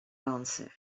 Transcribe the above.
answered